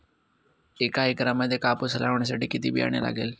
एका एकरामध्ये कापूस लावण्यासाठी किती बियाणे लागेल?